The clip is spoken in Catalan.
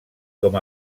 com